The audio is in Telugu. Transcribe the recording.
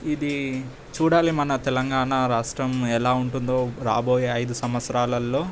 ఇదీ చూడాలి మన తెలంగాణ రాష్ట్రం ఎలా ఉంటుందో రాబోయే ఐదు సంవత్సరాలల్లో